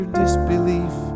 disbelief